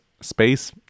space